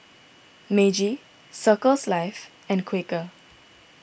Meiji Circles Life and Quaker